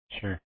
Sure